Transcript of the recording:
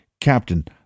Captain